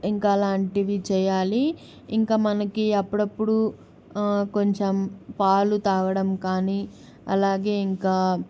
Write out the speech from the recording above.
ఇంకా లాంటివి చేయాలి ఇంకా మనకి అప్పుడప్పుడు కొంచెం పాలు త్రాగడం కానీ అలాగే ఇంకా